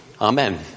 Amen